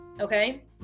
okay